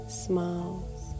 smiles